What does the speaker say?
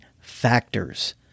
factors